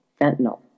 fentanyl